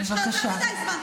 בבקשה.